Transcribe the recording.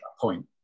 point